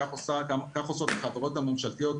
כך עושות החברות הממשלתיות,